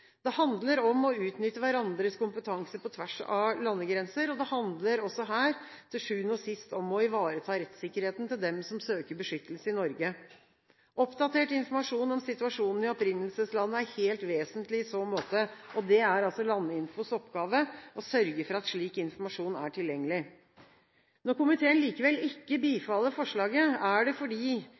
Det handler om å utnytte hverandres kompetanse på tvers av landegrenser. Det handler også her til syvende og sist om å ivareta rettssikkerheten til dem som søker beskyttelse i Norge. Oppdatert informasjon om situasjonen i opprinnelseslandet er helt vesentlig i så måte. Det er Landinfos oppgave å sørge for at slik informasjon er tilgjengelig. Når komiteen likevel ikke bifaller forslaget, er det fordi